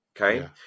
okay